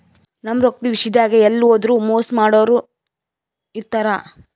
ನಮ್ಗ್ ರೊಕ್ಕದ್ ವಿಷ್ಯಾದಾಗ್ ಎಲ್ಲ್ ಹೋದ್ರು ಮೋಸ್ ಮಾಡೋರ್ ಇರ್ತಾರ